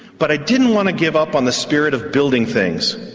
but i didn't want to give up on the spirit of building things,